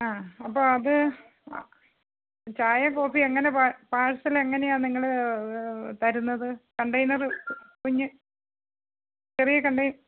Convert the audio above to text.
ആ അപ്പോൾ അത് ചായയും കോഫിയും എങ്ങനെ പാഴ്സലെങ്ങനെയാണ് നിങ്ങൾ തരുന്നത് കണ്ടെയ്നറ് കുഞ്ഞ് ചെറിയ കണ്ടെയ്നർ